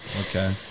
Okay